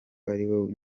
ariwe